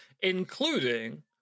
including